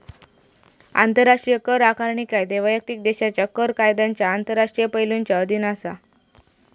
आंतराष्ट्रीय कर आकारणी कायदे वैयक्तिक देशाच्या कर कायद्यांच्या आंतरराष्ट्रीय पैलुंच्या अधीन असा